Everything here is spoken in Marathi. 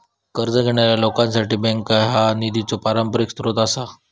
कर्ज घेणाऱ्या लोकांसाठी बँका हा निधीचो पारंपरिक स्रोत आसा